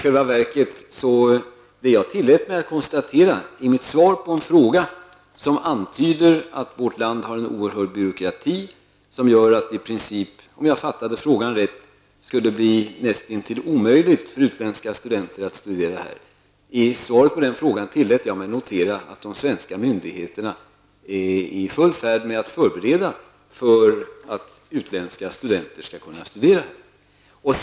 Det som jag har tillåtit mig att konstatera i mitt svar på en fråga -- i vilken det antyds att vårt land har en stor byråkrati som gör att det, om jag har uppfattat frågan riktigt, skulle bli näst intill omöjligt för utländska studenter att studera i Sverige -- är att de svenska myndigheterna är i full färd med att förbereda för utländska studenter att kunna studera i Sverige.